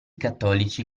cattolici